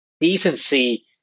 decency